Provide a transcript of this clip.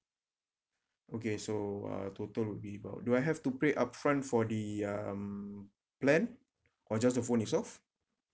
okay so uh total will be about do I have to pay upfront for the um plan or just the phone itself